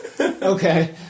Okay